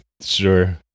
Sure